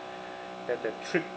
that the trip